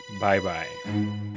Bye-bye